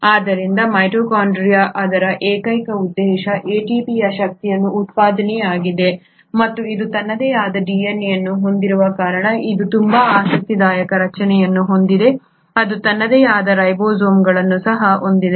ಆದ್ದರಿಂದ ಮೈಟೊಕಾಂಡ್ರಿಯಾ ಅದರ ಏಕೈಕ ಉದ್ದೇಶ ATP ಶಕ್ತಿಯ ಉತ್ಪಾದನೆಯಾಗಿದೆ ಮತ್ತು ಇದು ತನ್ನದೇ ಆದ DNA ಅನ್ನು ಹೊಂದಿರುವ ಕಾರಣ ಇದು ತುಂಬಾ ಆಸಕ್ತಿದಾಯಕ ರಚನೆಯನ್ನು ಹೊಂದಿದೆ ಅದು ತನ್ನದೇ ಆದ ರೈಬೋಸೋಮ್ಗಳನ್ನು ಸಹ ಹೊಂದಿದೆ